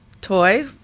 toy